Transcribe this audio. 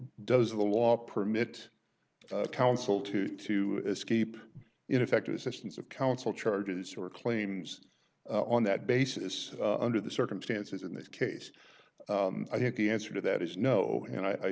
does the law permit counsel to to escape ineffective assistance of counsel charges or claims on that basis under the circumstances in this case i think the answer to that is no and i